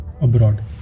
abroad